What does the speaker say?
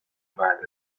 بعض